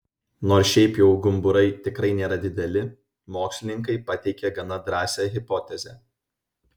nors šiaip jau gumburai tikrai nėra dideli mokslininkai pateikė gana drąsią hipotezę